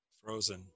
Frozen